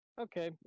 Okay